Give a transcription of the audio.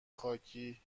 خاکی